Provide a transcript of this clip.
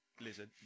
lizard